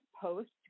post